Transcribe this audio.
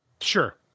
Sure